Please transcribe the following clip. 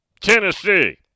Tennessee